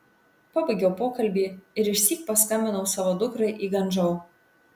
pabaigiau pokalbį ir išsyk paskambinau savo dukrai į guangdžou